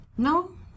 No